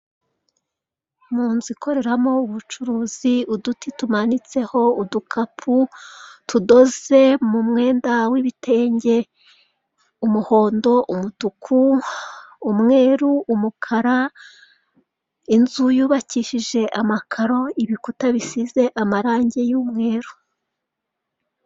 Mu nzu ikoreramo ubucuruzi, uduti tumanitseho udukapu tudoze mu mwenda w'ibitenge. Umuhondo, umutuku, umweru, umukara, inzu yubakishije amakaro, ibikuta bisize amarange y'umweru.